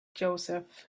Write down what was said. joseph